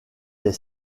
des